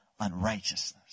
unrighteousness